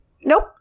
Nope